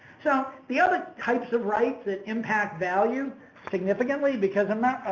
so, the other types of rights that impact value significantly, because i'm not,